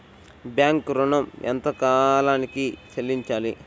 Bank ఋణం ఎంత కాలానికి చెల్లింపాలి?